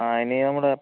ആ ഇനി നമ്മുടെ